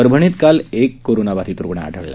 परभणीत काल एक कोरोनाबाधित रुग्ण आ ळला